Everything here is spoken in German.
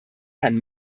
herrn